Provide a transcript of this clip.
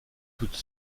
toute